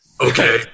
okay